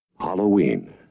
Halloween